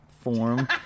form